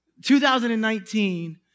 2019